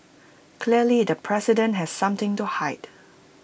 clearly the president has something to hide